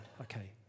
okay